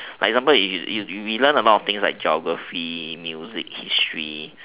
like for example you you we learn a lot of things like geography music history